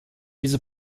diese